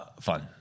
fun